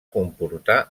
comportar